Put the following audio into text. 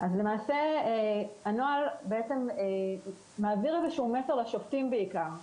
למעשה הנוהל מעביר איזשהו מסר לשופטים בעיקר.